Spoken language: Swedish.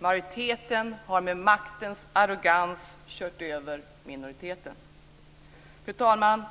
Majoriteten har med maktens arrogans kört över minoriteten. Fru talman!